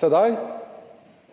pa